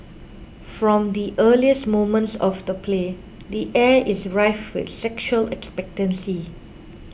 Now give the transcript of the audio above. from the earliest moments of the play the air is rife with sexual expectancy